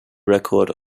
record